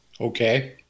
okay